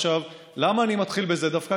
עכשיו, למה אני מתחיל בזה דווקא?